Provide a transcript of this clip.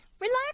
relax